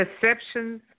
perceptions